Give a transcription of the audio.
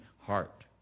heart